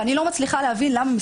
ואני לא מצליחה להבין למה,